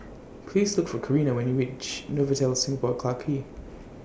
Please Look For Corinna when YOU REACH Novotel Singapore Clarke Quay